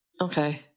Okay